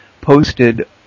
posted